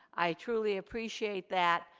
i truly appreciate that,